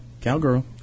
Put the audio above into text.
Cowgirl